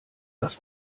das